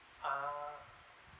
ah